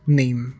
name